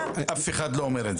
אף אחד לא אומר את זה.